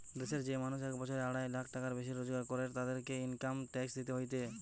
দেশের যেই মানুষ এক বছরে আড়াই লাখ টাকার বেশি রোজগার করের, তাদেরকে ইনকাম ট্যাক্স দিইতে হয়